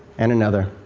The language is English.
and another.